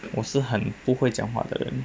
我是很不会讲话的人